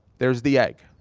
there's the egg.